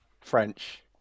french